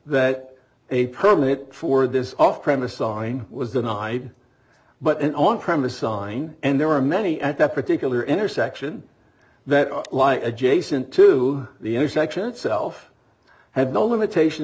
that a permit for this off premise on was denied but then on premises on and there are many at that particular intersection that lie adjacent to the intersection itself had no limitation